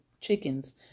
chickens